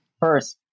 First